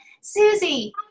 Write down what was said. Susie